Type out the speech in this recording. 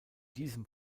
diesem